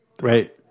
Right